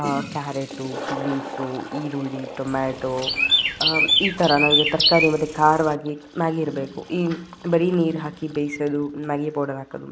carrot beans ಈರುಳ್ಳಿ tomato ಈ ಥರ ನಂಗೆ ತರಕಾರಿ ಮತ್ತು ಖಾರವಾಗಿ ಮ್ಯಾಗಿ ಇರಬೇಕು ಈ ಬರೀ ನೀರು ಹಾಕಿ ಬೇಯ್ಸೋದು ಮ್ಯಾಗಿ ಪೌಡರ್ ಹಾಕೋದು